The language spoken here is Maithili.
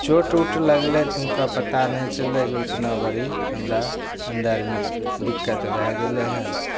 चोट उट लागलै तऽ हुनका पता नहि चललै जे ओतना बड़ी हमरा अन्दरमे दिक्कत भै गेलै हँ